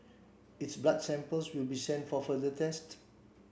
its blood samples will be sent for further tests